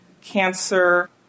cancer